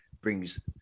brings